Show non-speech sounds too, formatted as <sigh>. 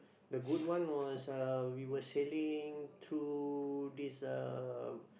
<breath> the good one was uh we were sailing through this uh